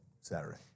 Saturday